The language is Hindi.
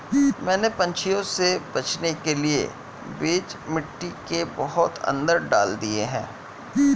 मैंने पंछियों से बचाने के लिए बीज मिट्टी के बहुत अंदर डाल दिए हैं